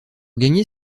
gagner